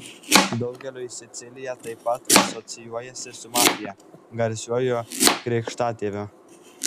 daugeliui sicilija taip pat asocijuojasi su mafija garsiuoju krikštatėviu